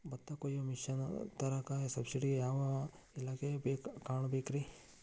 ಭತ್ತ ಕೊಯ್ಯ ಮಿಷನ್ ತರಾಕ ಸಬ್ಸಿಡಿಗೆ ಯಾವ ಇಲಾಖೆ ಕಾಣಬೇಕ್ರೇ?